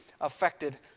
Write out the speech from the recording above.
affected